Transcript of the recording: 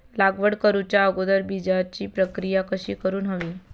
लागवड करूच्या अगोदर बिजाची प्रकिया कशी करून हवी?